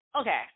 okay